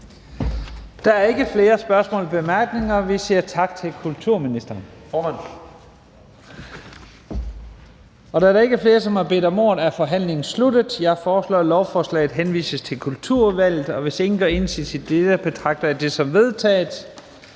Der er ikke flere spørgsmål og korte bemærkninger, og vi siger tak til kulturministeren. Da der ikke er flere, som har bedt om ordet, er forhandlingen sluttet. Jeg foreslår, at lovforslaget henvises til Kulturudvalget. Hvis ingen gør indsigelse, betragter jeg det som vedtaget.